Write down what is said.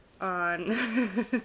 on